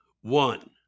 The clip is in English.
One